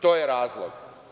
To je razlog.